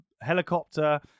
helicopter